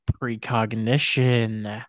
precognition